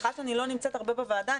וסליחה שאני לא נמצאת הרבה בוועדה,